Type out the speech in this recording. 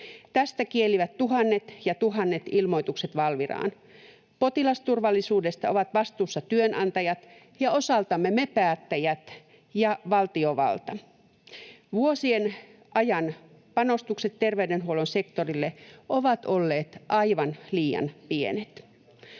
Tästä kielivät tuhannet ja tuhannet ilmoitukset Valviraan. Potilasturvallisuudesta ovat vastuussa työnantajat ja osaltamme me päättäjät ja valtiovalta. Vuosien ajan panostukset terveydenhuollon sektorille ovat olleet aivan liian pienet.